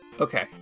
okay